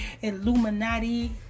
Illuminati